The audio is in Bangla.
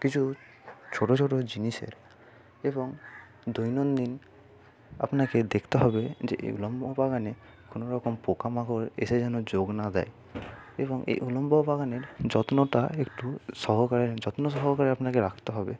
কিছু ছোটো ছোটো জিনিসের এবং দৈনন্দিন আপনাকে দেখতে হবে যে এই উল্লম্ব বাগানে কোনোরকম পোকা মাকড় এসে যেন যোগ না দেয় এবং এই উল্লম্ব বাগানের যত্নতা একটু সহকারে যত্ন সহকারে আপনাকে রাখতে হবে